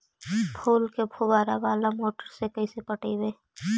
फूल के फुवारा बाला मोटर से कैसे पटइबै?